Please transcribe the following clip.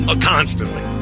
constantly